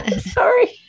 Sorry